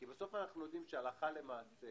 כי בסוף אנחנו יודעים שהלכה למעשה